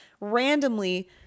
randomly